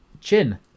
Chin